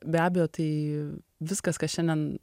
be abejo tai viskas kas šiandien